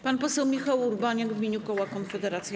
Pan poseł Michał Urbaniak w imieniu koła Konfederacja.